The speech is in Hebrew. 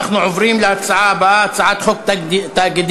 אנחנו עוברים להצעה הבאה: הצעת חוק תאגידים